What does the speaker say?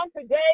today